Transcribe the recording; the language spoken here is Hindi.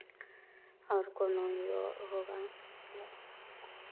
और कौनो हीरो होगा मतलब